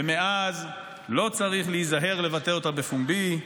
ומאז לא צריך להיזהר לבטא אותה בפומבי,